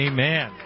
Amen